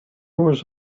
was